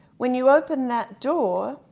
when you open that door,